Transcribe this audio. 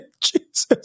Jesus